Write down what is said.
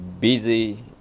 busy